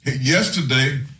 Yesterday